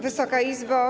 Wysoka Izbo!